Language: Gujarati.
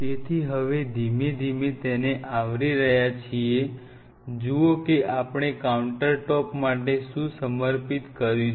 તેથી હવે ધીમે ધીમે તેને આવરી રહ્યા છીએ જુઓ કે આપ ણે કાઉન્ટરટોપ માટે શું સમર્પિત કર્યું છે